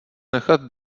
nechat